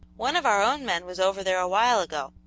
one of our own men was over there a while ago,